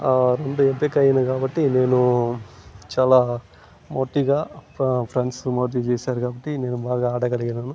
రెండు ఎంపికయ్యాను కాబట్టి నేను చాలా మోటివ్గా ఆ ఫ్రెం ఫ్రెండ్స్ మోటివ్ చేసారు కాబట్టి నేను బాగా ఆడగలిగినాను